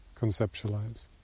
conceptualize